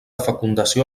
fecundació